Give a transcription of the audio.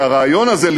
כי הרעיון הזה,